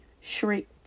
shriek